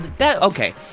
Okay